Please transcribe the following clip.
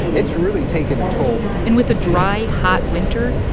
it's really taken a toll and with a dry, hot winter,